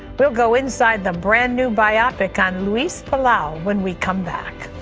we'll go inside the but and new biopick on luis palau when we come back.